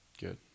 Good